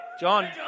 John